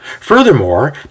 Furthermore